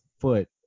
foot